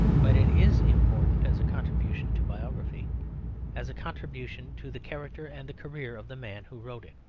but it is important as a contribution to biography as a contribution to the character and the career of the man who wrote it,